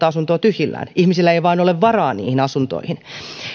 asuntoa tyhjillään ihmisillä ei vain ole varaa niihin asuntoihin